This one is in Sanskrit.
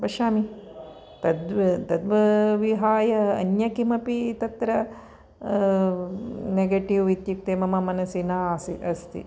पश्यामि तद् तद्विहाय अन्य किमपि तत्र नेगेटिव् इत्युक्ते मम मनसि न अस्ति